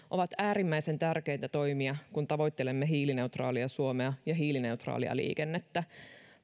ovat äärimmäisen tärkeitä toimia kun tavoittelemme hiilineutraalia suomea ja hiilineutraalia liikennettä